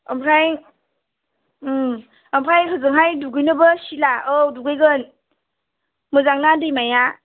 ओमफ्राय ओमफ्राय होजोंहाय दुगैनोबो सि ला औ दुगैगोन मोजां ना दैमाया